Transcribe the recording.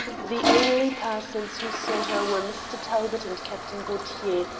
the only persons who saw her were mr. talbot and captain gaultier,